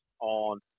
on